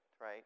right